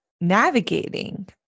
navigating